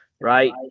right